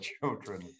children